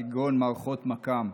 כגון מערכות מכ"ם.